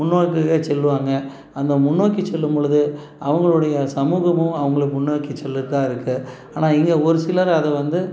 முன்னோக்கியே செல்வாங்க அந்த முன்னோக்கி செல்லும்பொழுது அவங்களோடைய சமூகமும் அவங்கள முன்னோக்கி சென்றுகிட்டுதான் இருக்குது ஆனால் இதில் ஒரு சிலர் அதை வந்து